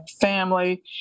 family